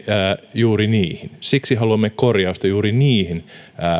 juuri niihin siksi haluamme korjausta juuri niihin